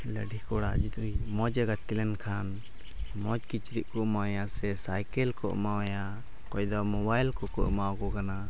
ᱞᱟᱹᱴᱷᱩ ᱠᱚᱲᱟ ᱡᱩᱫᱤ ᱢᱚᱡᱮ ᱜᱟᱛᱮ ᱞᱮᱱᱠᱷᱟᱱ ᱢᱚᱡᱽ ᱠᱤᱪᱨᱤᱡ ᱠᱚ ᱮᱢᱟᱭᱟ ᱥᱮ ᱥᱟᱭᱠᱮᱹᱞ ᱠᱚ ᱮᱢᱟᱭᱟ ᱚᱠᱚᱭ ᱫᱚ ᱢᱳᱵᱟᱭᱤᱞ ᱠᱚᱠᱚ ᱮᱢᱟᱣ ᱠᱚ ᱠᱟᱱᱟ